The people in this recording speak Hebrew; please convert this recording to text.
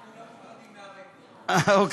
אנחנו משבחים את המקצועיות שלך.